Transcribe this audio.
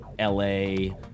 LA